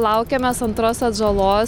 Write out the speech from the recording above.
laukiamės antros atžalos